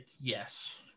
Yes